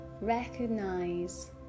recognize